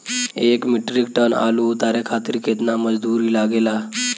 एक metric tonne आलू उतारे खातिर केतना मजदूरी लागेला?